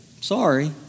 Sorry